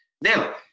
Now